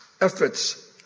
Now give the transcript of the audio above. efforts